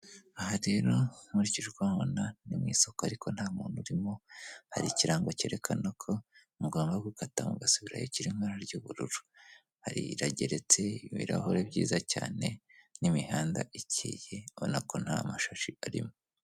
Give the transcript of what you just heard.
Aha rero nkurikije uko mpabona ni mu isoko ariko nta muntu urimo, hari ikirango cyerekana ko ni ngomwa gukata ugasubirayo kiri mu ibara ry'ubururu, irageretse ibirahure byiza cyane n'imihanda ikeye ubona ko nta mashashi arimo.